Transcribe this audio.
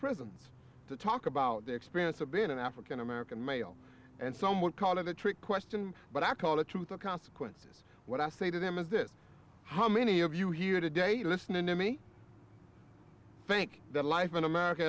present to talk about the experience of being an african american male and some would call it a trick question but i call it truth or consequences what i say to them is this how many of you here today listening to me i think that life in america